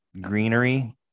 greenery